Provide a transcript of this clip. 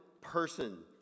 person